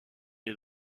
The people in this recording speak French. des